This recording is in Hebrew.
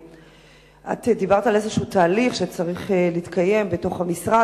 דיברת על תהליך שצריך להתקיים בתוך המשרד,